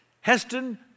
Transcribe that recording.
Heston